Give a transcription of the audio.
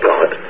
God